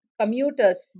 commuters